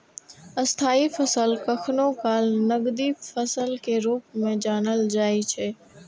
स्थायी फसल कखनो काल नकदी फसल के रूप मे जानल जाइ छै